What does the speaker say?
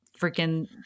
freaking